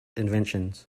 inventions